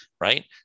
Right